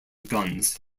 guns